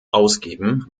ausgeben